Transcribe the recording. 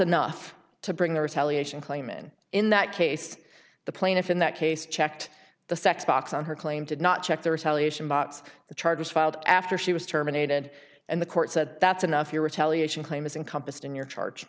enough to bring the retaliation claim in in that case the plaintiff in that case checked the sex box on her claim to not check their television bots the charges filed after she was terminated and the court said that's enough you retaliation claim is incompetent in your charge